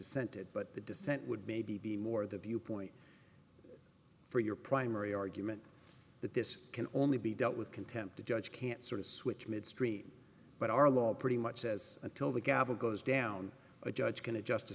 dissented but the dissent would be the be more the viewpoint for your primary argument that this can only be dealt with contempt the judge can't sort of switch midstream but our law pretty much says until the gavel goes down a judge can adjust